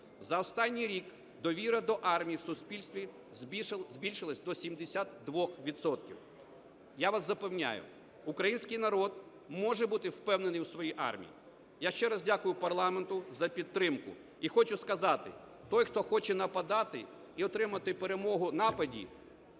За останній рік довіра до армії в суспільстві збільшилась до 72 відсотків. Я вас запевняю, український народ може бути впевнений у своїй армії. Я ще раз дякую парламенту за підтримку і хочу сказати: той, хто хоче нападати і отримати перемогу в нападі